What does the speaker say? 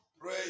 pray